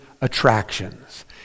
attractions